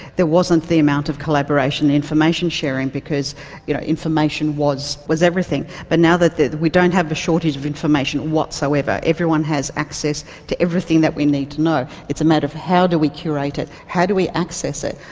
there wasn't the amount of collaboration and information sharing because you know information was was everything. but now that that we don't have a shortage of information whatsoever, everyone has access to everything that we need to know, it's a matter of how do we curate it, how do we access it,